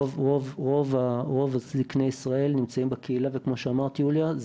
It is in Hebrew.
רוב זקני ישראל נמצאים בקהילה וכמו שאמרת יוליה,